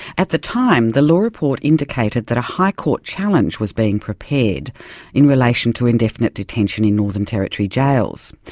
at the time, the law report indicated that a high court challenge was being prepared in relation to indefinite detention in northern territory jails.